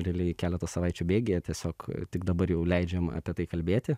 realiai keleto savaičių bėgyje tiesiog tik dabar jau leidžiama apie tai kalbėti